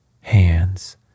hands